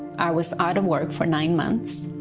i was out of work for nine months.